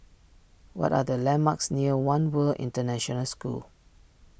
what are the landmarks near one World International School